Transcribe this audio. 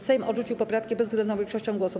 Sejm odrzucił poprawki bezwzględną większością głosów.